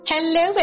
Hello